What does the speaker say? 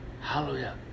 Hallelujah